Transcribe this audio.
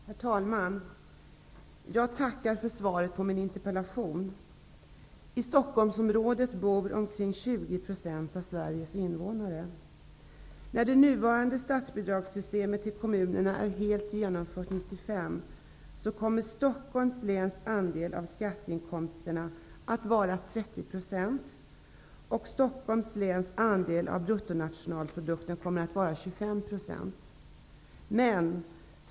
Herr talman! Jag tackar för svaret på min interpellation. Sveriges invånare. När det nuvarande statsbidragssystemet för kommunerna är helt genomfört -- år 1995 -- kommer Stockholms läns andel av skatteinkomsterna att vara 30 % och 25 %.